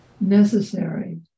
necessary